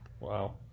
Wow